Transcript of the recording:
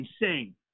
insane